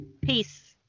Peace